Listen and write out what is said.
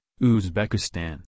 Uzbekistan